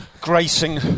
gracing